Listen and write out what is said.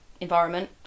environment